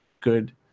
good